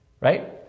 right